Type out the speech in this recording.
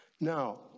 Now